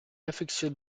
affectionne